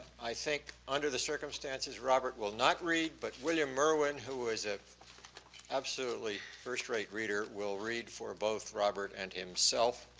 i think under the circumstances, robert will not read, but william merwin who is a absolutely first rate reader will read for both robert and himself